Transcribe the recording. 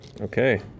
Okay